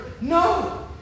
No